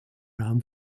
raum